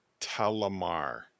Talamar